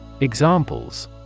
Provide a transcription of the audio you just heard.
Examples